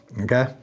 Okay